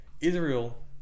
Israel